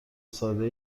ساده